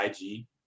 IG